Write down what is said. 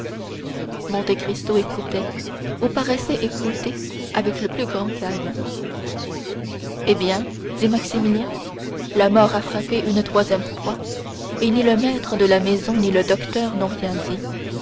justice monte cristo écoutait ou paraissait écouter avec le plus grand calme eh bien dit maximilien la mort a frappé une troisième fois et ni le maître de la maison ni le docteur n'ont rien dit